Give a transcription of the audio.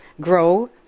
grow